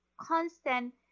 constant